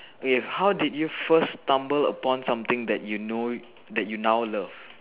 okay how did you first stumble upon something that you know that you now love